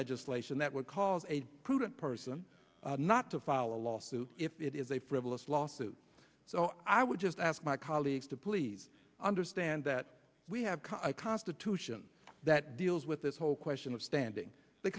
legislation that would cause a prudent person not to file a lawsuit if it is a frivolous lawsuit so i would just ask my colleagues to please understand that we have a constitution that deals with this whole question of standing the